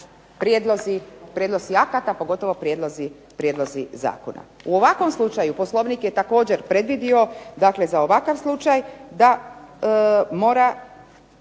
prijedlozi akata, a pogotovo prijedlozi zakona. U ovakvom slučaju Poslovnik je također predvidio, dakle za ovakav slučaj da mora